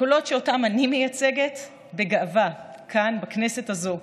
הקולות שאותם אני מייצגת בגאווה כאן בכנסת הזאת,